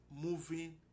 moving